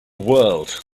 world